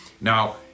Now